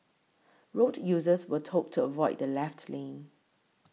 road users were told to avoid the left lane